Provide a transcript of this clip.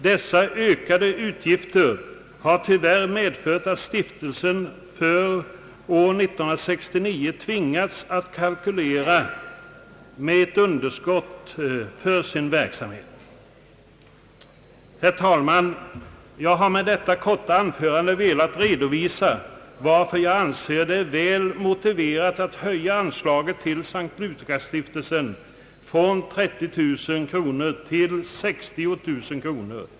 Dessa ökade utgifter har tyvärr medfört att stiftelsen för år 1969 tvingats att kalkylera med ett underskott för sin verksamhet. Herr talman! Jag har med detta korta anförande velat redovisa varför jag anser det väl motiverat att höja anslaget till S:t Lukasstiftelsen från 30 000 kronor till 60 000 kronor.